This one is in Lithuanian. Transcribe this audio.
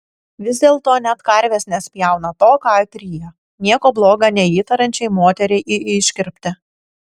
vis dėlto net karvės nespjauna to ką atryja nieko bloga neįtariančiai moteriai į iškirptę